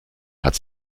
hat